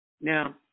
Now